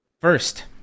First